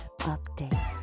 update